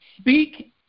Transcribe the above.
speak